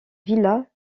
villa